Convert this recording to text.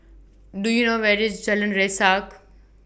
Do YOU know Where IS Jalan Resak